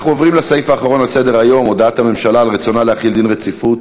שתי הצעות